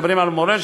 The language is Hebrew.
מדברים על מורשת,